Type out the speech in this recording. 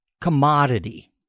commodity